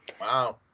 Wow